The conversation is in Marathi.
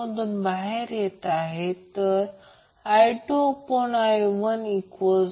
म्हणून हे येथे ठेवा हे समीकरण 3 आहे